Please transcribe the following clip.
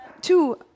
Two